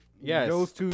Yes